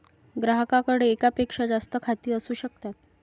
ग्राहकाकडे एकापेक्षा जास्त खाती असू शकतात